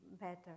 Better